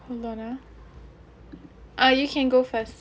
hold on ah ah you can go first